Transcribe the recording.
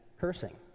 cursing